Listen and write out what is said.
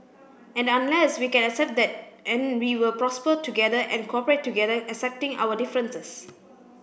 and unless we can accept that and we will prosper together and cooperate together accepting our differences